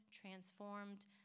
transformed